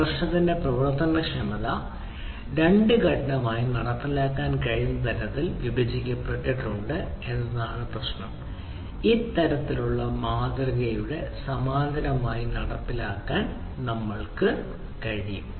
പ്രശ്നത്തിന്റെ പ്രവർത്തനക്ഷമത രണ്ട് ഘട്ടങ്ങളായി നടപ്പിലാക്കാൻ കഴിയുന്ന തരത്തിൽ വിഭജിക്കപ്പെട്ടിട്ടുണ്ട് എന്നതാണ് പ്രശ്നം ഇത്തരത്തിലുള്ള മാതൃകയുടെ സമാന്തരമായി നടപ്പിലാക്കാൻ നമ്മൾക്ക് കഴിയും